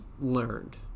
learned